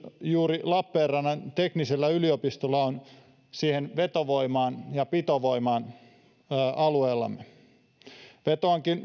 juuri lappeenrannan teknillisellä yliopistolla on suuri merkitys vetovoimaan ja pitovoimaan alueellamme vetoankin